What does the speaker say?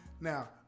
Now